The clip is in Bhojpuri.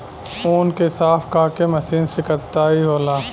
ऊँन के साफ क के मशीन से कताई होला